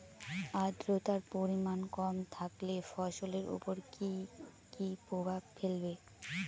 আদ্রর্তার পরিমান কম থাকলে ফসলের উপর কি কি প্রভাব ফেলবে?